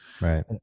Right